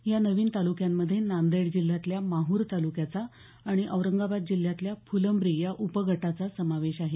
या नवीन तालुक्यांमध्ये नांदेड जिल्ह्यातल्या माहूर तालुक्याचा आणि औरंगाबाद जिल्ह्यातल्या फुलंब्री या उपगटाचा समावेश आहे